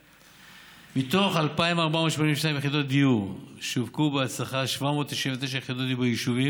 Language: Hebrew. מתוך 2,482 יחידות הדיור שווקו בהצלחה 799 יחידות דיור ביישובים: